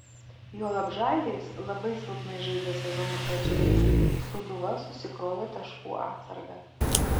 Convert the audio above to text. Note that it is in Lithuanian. juolab žalgiris labai silpnai žaidė sezono pradžioje sūduva susikrovė taškų atsargą